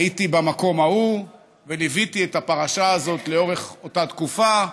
הייתי במקום ההוא וליוויתי את הפרשה הזאת לאורך אותה תקופה,